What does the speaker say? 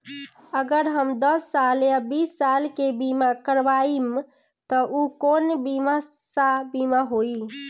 अगर हम दस साल या बिस साल के बिमा करबइम त ऊ बिमा कौन सा बिमा होई?